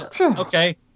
Okay